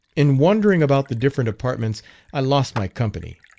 in wandering about the different apartments i lost my company,